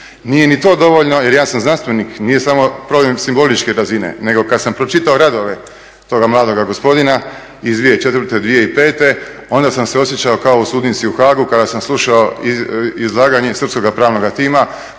Nije ni to dovoljno jer ja sam znanstvenik, nije samo problem simboličke razine, nego kad sam pročitao radove toga mladoga gospodina iz 2004., 2005., onda sam se osjećao kao u sudnici u HAAG-u kada sam slušao izlaganje srpskoga pravnoga tima